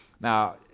now